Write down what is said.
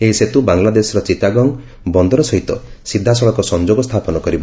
ଏହି ସେତୁ ବାଙ୍ଗଲାଦେଶର ଚିଟାଗଙ୍ଗ ବନ୍ଦର ସହିତ ସିଧାସଳଖ ସଂଯୋଗ ସ୍ଥାପନ କରିବ